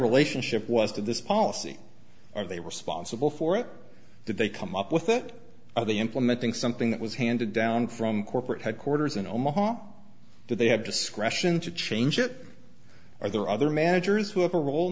relationship was to this policy are they responsible for it did they come up with it or the implementing something that was handed down from corporate headquarters in omaha that they have discretion to change it or there are other managers who have a role in